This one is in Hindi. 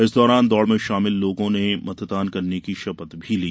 इस दौरान दौड़ में शामिल लोगों ने मतदान करने की शपथ भी ली